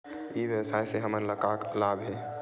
ई व्यवसाय से हमन ला का लाभ हे?